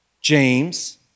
James